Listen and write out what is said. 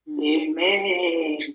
Amen